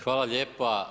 Hvala lijepa.